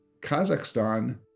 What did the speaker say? Kazakhstan